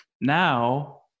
Now